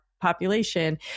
population